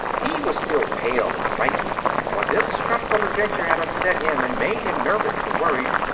he was still pale and frightened, for this dreadful adventure had upset him and made him nervous and worried.